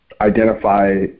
identify